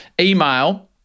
email